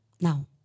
Now